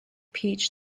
peach